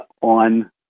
on